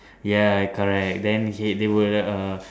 ya correct then he they were err